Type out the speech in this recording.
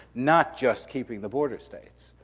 not just keeping the border states.